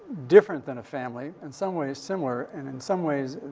different than a family and some ways similar and, in some ways,